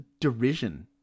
derision